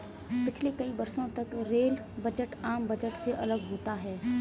पिछले कई वर्षों तक रेल बजट आम बजट से अलग होता था